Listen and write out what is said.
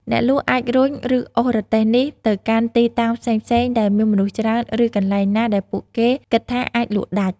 អ្នកលក់អាចរុញ ឬអូសរទេះនេះទៅកាន់ទីតាំងផ្សេងៗ ដែលមានមនុស្សច្រើន ឬកន្លែងណាដែលពួកគេគិតថាអាចលក់ដាច់។